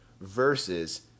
versus